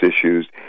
issues